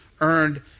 earned